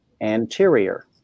anterior